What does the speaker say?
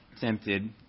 tempted